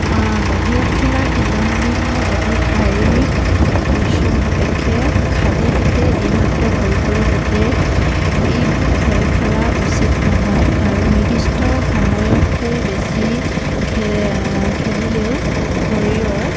বাহিৰত খেলা খেল ধেমালিবোৰ অধিক শাৰীৰিক পৰিশ্ৰম সাপেক্ষে খালি পেটে এইমাত্ৰ পৰিপূৰক পেটেৰে এইবোৰ খেল খেলা উচিত নহয় আৰু নিৰ্দিষ্ট সময়তকৈ বেছি খে খেলিলেও শৰীৰৰ